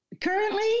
Currently